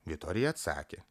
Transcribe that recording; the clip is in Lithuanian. vitorija atsakė